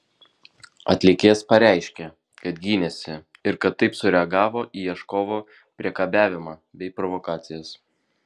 atlikėjas pareiškė kad gynėsi ir kad taip sureagavo į ieškovo priekabiavimą bei provokacijas